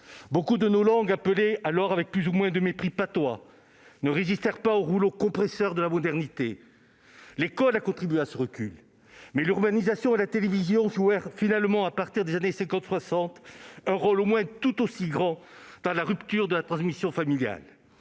Beaucoup de nos langues, appelées alors avec plus ou moins de mépris « patois », ne résistèrent pas au rouleau compresseur de la modernité. L'école a contribué à ce recul. Mais l'urbanisation et la télévision jouèrent finalement, à partir des années 1950 et 1960, un rôle au moins tout aussi grand dans la rupture de la transmission familiale.